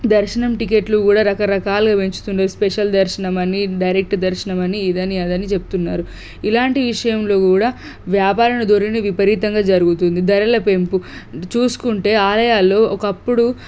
దర్శనం టికెట్లు కూడా రకరకాలుగా పెంచుతున్నారు స్పెషల్ దర్శనం అని డైరెక్ట్ దర్శనం అని ఇది అని అదని చెబుతున్నారు ఇలాంటి విషయంలో కూడా వ్యాపారణ ధోరణి విపరీతంగా జరుగుతుంది ధరల పెంపు చూసుకుంటే ఆలయాల్లో ఒకప్పుడు